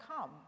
come